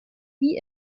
wie